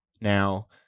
Now